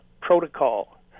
Protocol